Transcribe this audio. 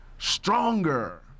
stronger